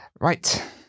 Right